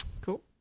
Cool